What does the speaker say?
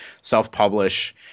self-publish